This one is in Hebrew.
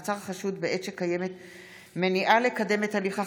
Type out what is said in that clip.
(מעצר חשוד בעת שקיימת מניעה לקדם את הליך החקירה)